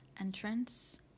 entrance